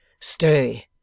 Stay